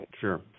Sure